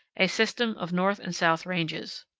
a system of north-and-south ranges.